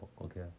okay